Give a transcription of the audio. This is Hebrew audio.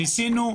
ניסינו.